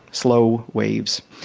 slow waves.